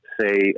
say